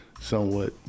somewhat